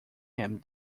him